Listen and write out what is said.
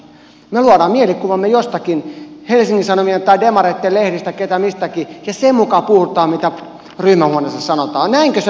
me luomme mielikuvamme jostakin helsingin sanomien tai demareitten lehdistä kuka mistäkin ja sen mukaan puhutaan mitä ryhmähuoneessa sanotaan